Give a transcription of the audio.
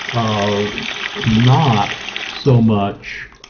ah not so much,